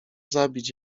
zabić